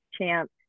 champ